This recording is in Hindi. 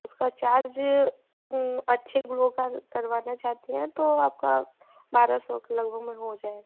उसका चार्ज अच्छे ग्लो का करवाना चाहती है तो आपका बारह सौ के लगभग में हो जाएगा